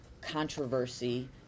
controversy